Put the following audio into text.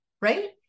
right